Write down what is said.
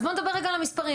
אז בוא נדבר רגע על המספרים.